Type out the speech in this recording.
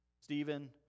Stephen